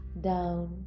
down